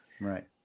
Right